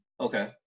Okay